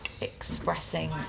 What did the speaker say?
expressing